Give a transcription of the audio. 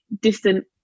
distant